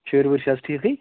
شُری وُرۍ چھِ حظ ٹھیٖکٕے